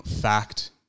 fact-